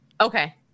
Okay